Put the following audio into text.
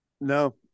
No